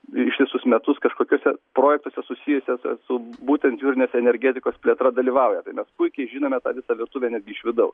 ir ištisus metus kažkokiuose projektuose susijusiuose su būtent jūrinės energetikos plėtra dalyvauja tai mes puikiai žinome tą visą virtuvę netgi iš vidaus